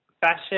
fashion